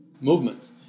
movement